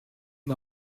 und